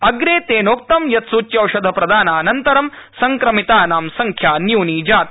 अग्रे तेनोक्तं यताप्त्रप्रद्यौषध प्रदानान्तरं संक्रमितानां संख्या न्यूनी जाता